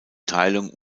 teilung